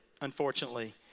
unfortunately